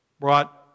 brought